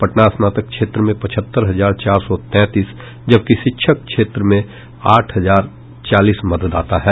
पटना स्नातक क्षेत्र में पचहत्तर हजार चार सौ तैंतीस जबकि शिक्षक क्षेत्र में आठ हजार चालीस मतदाता हैं